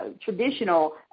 traditional